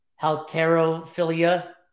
Halterophilia